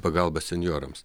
pagalba senjorams